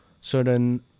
certain